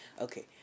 Okay